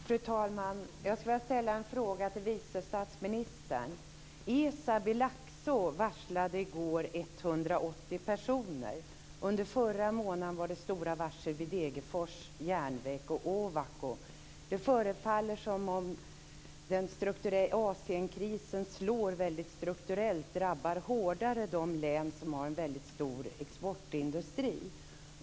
Fru talman! Jag skulle vilja ställa en fråga till vice statsministern. ESAB i Laxå varslade i går 180 personer. Under förra månaden var det stora varsel vid Degerfors Järnverk och Ovako. Det förefaller som om Asienkrisen slår väldigt strukturellt och hårdare drabbar de län som har en stor exportindustri.